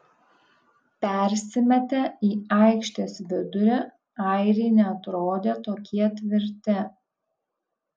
persimetę į aikštės vidurį airiai neatrodė tokie tvirti